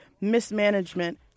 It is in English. mismanagement